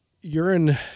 urine